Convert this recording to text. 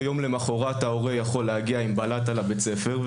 ויום למחרת ההורה יכול להגיע עם בלטה לבית-הספר,